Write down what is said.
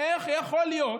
איך יכול להיות